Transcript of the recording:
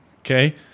Okay